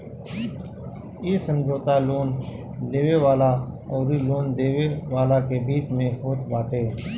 इ समझौता लोन लेवे वाला अउरी लोन देवे वाला के बीच में होत बाटे